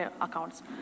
accounts